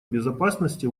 безопасности